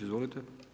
Izvolite.